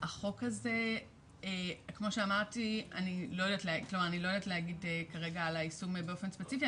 אני לא יודעת להגיד כרגע על היישום באופן ספציפי,